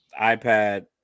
iPad